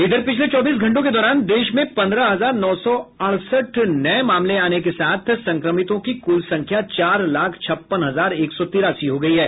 इधर पिछले चौबीस घंटों के दौरान देश में पंद्रह हजार नौ सौ अड़सठ नये मामले आने के साथ संक्रमितों की कुल संख्या चार लाख छप्पन हजार एक सौ तिरासी हो गई है